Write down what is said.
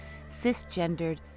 cisgendered